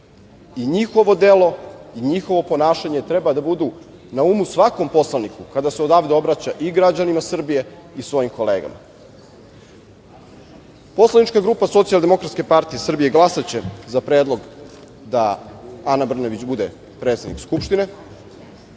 i njihovo delo i njihovo ponašanje treba da budu na umu svakom poslaniku kada se odavde obraća i građanima Srbije i svojim kolegama. Poslanička grupa SDPS glasaće za Predlog da Ana Brnabić bude predsednik Skupštine.